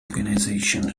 organization